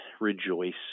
rejoice